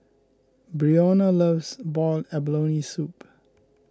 Breonna loves Boiled Abalone Soup